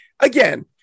Again